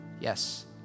Yes